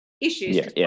issues